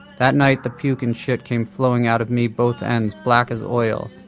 that night the puke and shit came flowing out of me, both ends, black as oil,